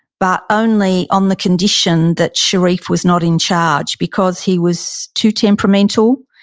but only on the condition that sherif was not in charge because he was too temperamental.